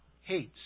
hates